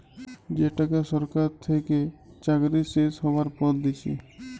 যে টাকা সরকার থেকে চাকরি শেষ হ্যবার পর দিচ্ছে